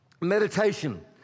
Meditation